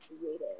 creative